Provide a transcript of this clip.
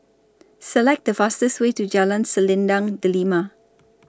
Select The fastest Way to Jalan Selendang Delima